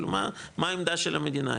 מה העמדה של המדינה,